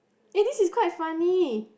eh this is quite funny